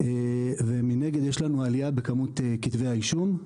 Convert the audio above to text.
ומנגד יש לנו עלייה בכמות כתבי האישום.